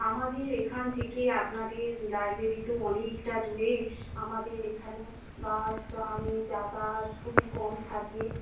আমাদের এখান থেকে আপনাদের লাইব্রেরি তো অনেকটা দূরে আমাদের এখানে বাস ট্রামে যাতায়াত খুবই কম থাকে